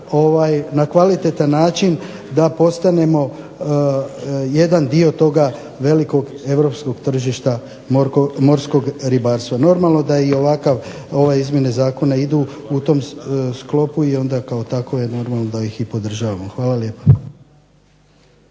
na kvalitetan način da postanemo jedan dio toga velikog europskog tržišta morskog ribarstva. Normalno da i ovakav, ove izmjene zakona idu u tom sklopu i onda kao takvo je normalno da ih i podržavamo. Hvala lijepa.